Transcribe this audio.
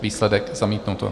Výsledek: zamítnuto.